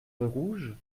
lerouge